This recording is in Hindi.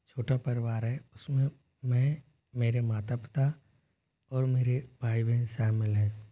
छोटा परिवार है उस में मैं मेरे माता पिता और मेरे भाई बहन शामिल हैं